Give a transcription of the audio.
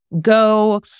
go